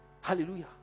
hallelujah